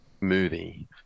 movie